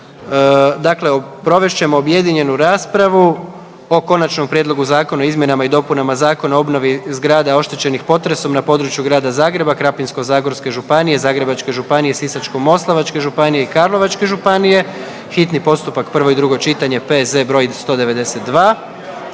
Dakle, provest ćemo objedinjenju raspravu o: - Konačnom prijedlogu Zakona o izmjenama i dopunama Zakona o obnovi zgrada oštećenih potresom na području Grada Zagreba, Krapinsko-zagorske županije, Zagrebačke županije, Sisačko-moslavačke županije i Karlovačke županije, hitni postupak, prvo i drugo čitanje, P.Z. broj 192,